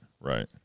right